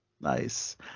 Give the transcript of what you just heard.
Nice